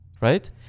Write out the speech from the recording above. Right